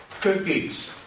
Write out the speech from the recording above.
Cookies